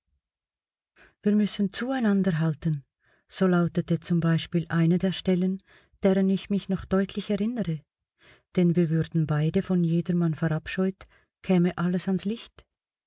wir müssen zueinander halten so lautete z b eine der stellen deren ich mich noch deutlich erinnere denn wir würden beide von jedermann verabscheut käme alles ans licht